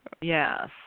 Yes